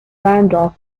randolph